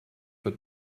for